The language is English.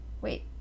Wait